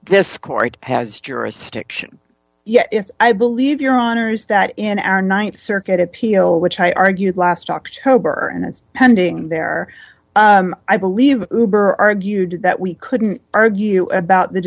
this court has jurisdiction yet if i believe your honors that in our th circuit appeal which i argued last october and it's pending there i believe argued that we couldn't argue about the